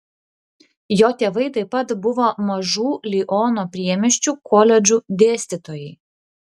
jo tėvai taip pat buvo mažų liono priemiesčių koledžų dėstytojai